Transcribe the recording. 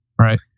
Right